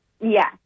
Yes